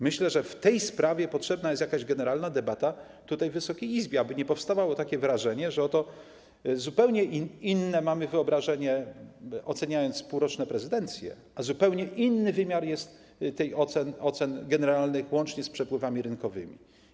Myślę, że w tej sprawie potrzebna jest jakaś generalna debata tutaj, w Wysokiej Izbie, aby nie powstawało takie wrażenie, że oto zupełnie inne mamy wyobrażenie, oceniając półroczne prezydencje, a zupełnie inny wymiar dotyczy tych ocen generalnych, łącznie z przepływami rynkowymi.